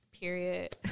Period